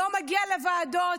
לא מגיע לוועדות.